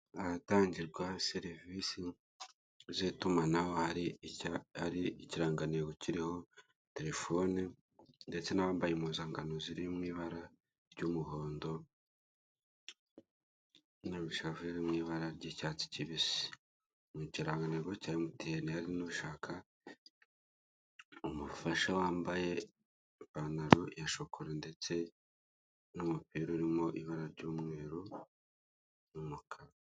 Mu maguriro y'amata bagiye bafitemo aho bakusanyiriza aya mata cyangwa bakagiramo n'ibindi bicuruzwa bigiye bitandukanye by'imitobe. Hakunze kuzamo n'abaturage b'ingeri zitandukanye baje kugura ibyo bicuruzwa cyangwa bakaba batumwe kandi bakabibonera ku gihe.